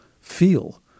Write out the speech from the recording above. feel